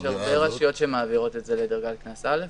יש הרבה רשויות שמעבירות את זה לדרגת קנס א'.